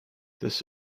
this